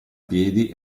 piedi